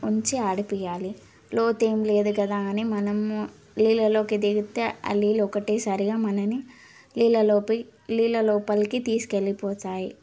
ఉంచి ఆడిపియ్యాలి లోతేం లేదు కదా అని మనం నీళ్ళలోకి దిగితే ఆ నీళ్ళు ఒక్కటే సరిగా మనని నీళ్ళలోపి నీళ్ళ లోపలికి తీసుకెళ్ళిపోతాయి